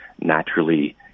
naturally